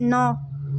ন